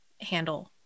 handle